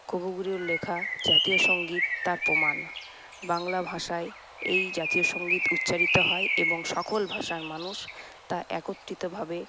কবিগুরুর লেখা জাতীয় সঙ্গীত তার প্রমাণ বাংলা ভাষায় এই জাতীয় সঙ্গীত উচ্চারিত হয় এবং সকল ভাষার মানুষ তা একত্রিতভাবে